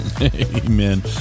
Amen